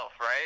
right